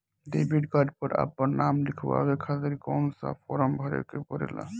Debit card पर आपन नाम लिखाये खातिर कौन सा फारम भरे के पड़ेला?